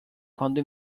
quando